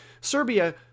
Serbia